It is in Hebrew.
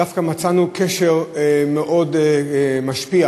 דווקא מצאנו קשר מאוד משפיע: